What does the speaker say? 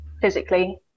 physically